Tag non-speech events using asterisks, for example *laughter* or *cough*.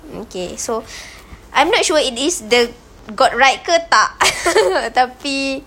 okay so I'm not sure it is the got right ke tak *laughs* tapi